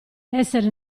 essere